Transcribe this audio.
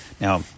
Now